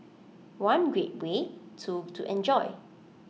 one great way two to enjoy